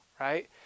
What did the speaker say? right